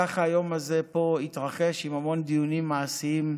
כך היום הזה התרחש, עם המון דיונים מעשיים.